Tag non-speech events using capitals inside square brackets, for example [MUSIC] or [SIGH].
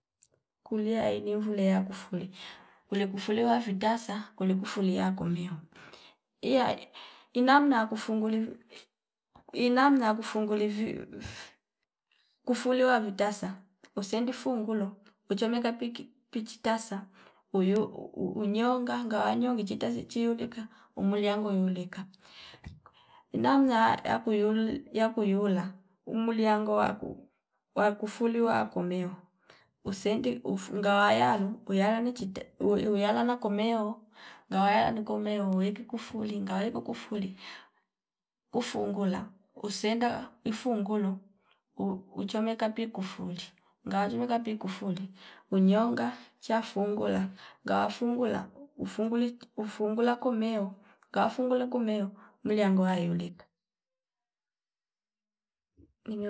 Kulia anivule yakufuli kule kufuliwa vitasa kuli kufulia yakumio iya inamna akufunguli [HESITATION] kufuliwa vitasa usendi fungulo uchomeka piki pichi tasa uyo unyonga ngawa nyongi chita chiulika umwilia yamueleka. Namna yakuyul- yakuyula umuliya ango waku wakufulia akomeo usendi ufu ngawayalo kuyala nichite uyu- uyuyalala komeo ngawaya ni komeo uweki kufuli ngaweki kufuli kufungula usenda ifungulo uu uchomeka pi kufuli ngawa chomeka pi kufuli unyonga cha fungula ngawa fungula ufunguli ufungula komeo ngawa fungula komeo miliango ayoleka